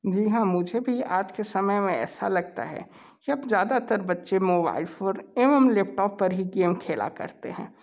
जी हाँ मुझे भी आज के समय में ऐसा लगता है कि अब ज़्यादातर बच्चे मोबाइल फोन एवं लैपटॉप पर ही गेम खेला करते हैं